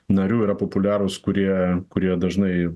narių yra populiarūs kurie kurie dažnai